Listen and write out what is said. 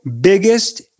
biggest